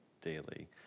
daily